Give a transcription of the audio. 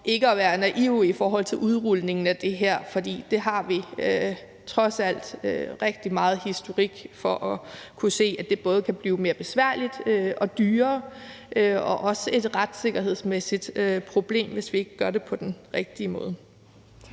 ikke at være naive i forhold til udrulningen af det her, for vi har trods alt rigtig meget historik i forhold til at kunne se, at det både kan blive mere besværligt og dyrere og også et retssikkerhedsmæssigt problem, hvis vi ikke gør det på den rigtige måde.